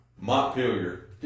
Montpelier